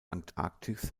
antarktis